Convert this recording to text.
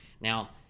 Now